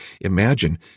imagine